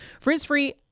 Frizz-free